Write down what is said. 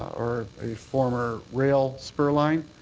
or a former railspur line.